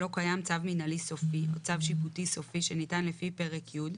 לא קיים צו מנהלי סופי או צו שיפוטי סופי שניתן לפי פרק י',